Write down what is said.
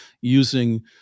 using